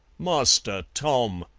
master tom,